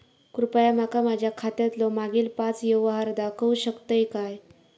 कृपया माका माझ्या खात्यातलो मागील पाच यव्हहार दाखवु शकतय काय?